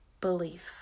belief